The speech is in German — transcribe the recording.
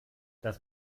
das